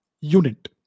unit